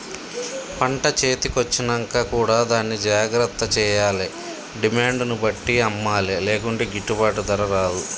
పంట చేతి కొచ్చినంక కూడా దాన్ని జాగ్రత్త చేయాలే డిమాండ్ ను బట్టి అమ్మలే లేకుంటే గిట్టుబాటు ధర రాదు